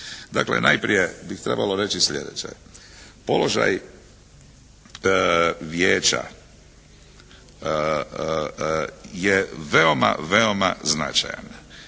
Dakle najprije bi trebalo reći sljedeće. Položaj vijeća je veoma veoma značajan.